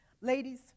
Ladies